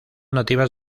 nativas